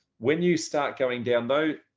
when you start going down, though,